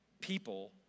people